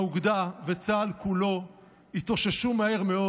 האוגדה וצה"ל כולו התאוששו מהר מאוד.